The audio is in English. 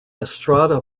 estrada